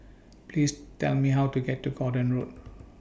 Please Tell Me How to get to Gordon Road